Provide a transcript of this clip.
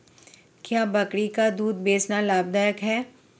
क्या बकरी का दूध बेचना लाभदायक है?